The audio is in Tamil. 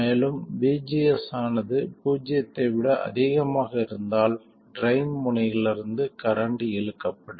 மேலும் vgs ஆனது பூஜ்ஜியத்தை விட அதிகமாக இருந்தால் ட்ரைன் முனையிலிருந்து கரண்ட் இழுக்கப்படும்